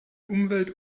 umwelt